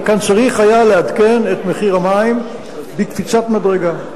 וכאן היה צריך לעדכן את מחיר המים בקפיצת מדרגה.